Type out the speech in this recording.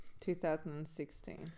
2016